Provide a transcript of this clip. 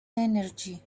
energy